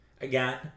again